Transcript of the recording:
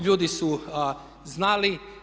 Ljudi su znali.